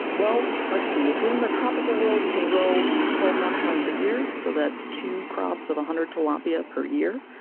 well, let's see, if you are in the tropical world you can grow twelve months out of the year, so that's two crops of one hundred tilapia per year,